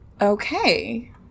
Okay